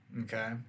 okay